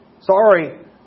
Sorry